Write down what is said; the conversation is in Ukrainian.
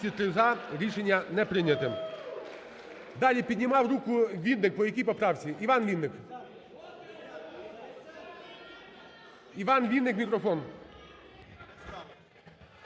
– за. Рішення не прийняте. Далі піднімав руку Вінник, по якій поправці? Іван Вінник? Іван Вінник мікрофон.